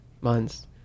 months